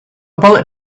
bullet